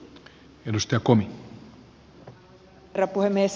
arvoisa herra puhemies